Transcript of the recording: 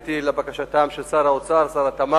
ונעניתי לבקשתם של שר האוצר ושר התמ"ת,